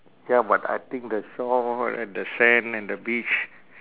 ya but I think the shore and the sand and the beach